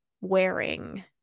wearing